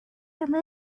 crystal